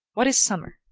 what is summer?